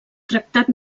tractat